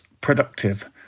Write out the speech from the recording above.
productive